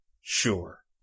Sure